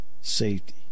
safety